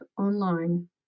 online